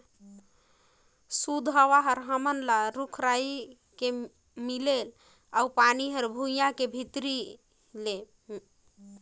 सुदय हवा हर हमन ल रूख राई के मिलथे अउ पानी हर भुइयां के भीतरी ले